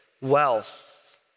wealth